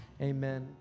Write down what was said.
amen